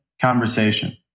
conversation